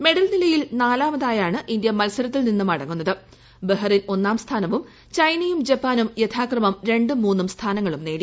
medal നിലയിൽ നാലാമതായാണ് Indian മത്സരത്തിൽ നിന്നും മടങ്ങുന്നത് ബഹറിൻ ഒന്നാംസ്ഥാനവും ചൈനയും ജപ്പാനും യഥാക്രമം രണ്ടും മൂന്നും സ്ഥാനങ്ങളും നേടി